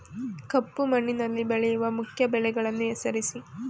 ಕಪ್ಪು ಮಣ್ಣಿನಲ್ಲಿ ಬೆಳೆಯುವ ಮುಖ್ಯ ಬೆಳೆಗಳನ್ನು ಹೆಸರಿಸಿ